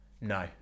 No